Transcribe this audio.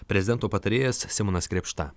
prezidento patarėjas simonas krėpšta